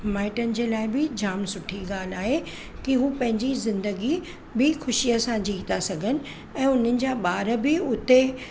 माइटनि जे लाइ बि जाम सुठी ॻाल्हि आहे की उहे पंहिंजी ज़िंदगी बि ख़ुशीअ सां जी तां सघनि ऐं हुननि जा ॿार बि उते